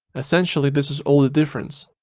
essentially this is all the difference.